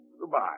Goodbye